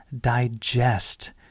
Digest